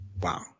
Wow